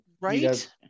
right